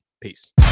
Peace